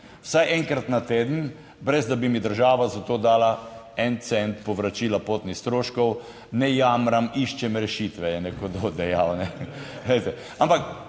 vsaj enkrat na teden, brez da bi mi država za to dala en cent povračila potnih stroškov. Ne jamram, iščem rešitve, je nekdo dejal.